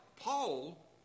Paul